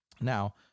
Now